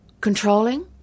controlling